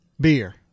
Beer